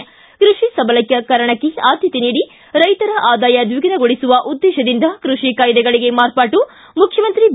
Xi ಕೃಷಿ ಸಬಲೀಕರಣಕ್ಕೆ ಆದ್ಯತೆ ನೀಡಿ ರೈತರ ಆದಾಯ ದ್ವಿಗುಣಗೊಳಿಸುವ ಉದ್ದೇಶದಿಂದ ಕೃಷಿ ಕಾಯ್ದೆಗಳಿಗೆ ಮಾರ್ಪಾಟು ಮುಖ್ಯಮಂತ್ರಿ ಬಿ